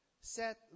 set